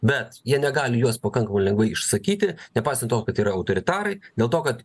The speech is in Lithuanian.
bet jie negali juos pakankamai lengvai išsakyti nepaisant to kad yra autoritarai dėl to kad